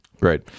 Great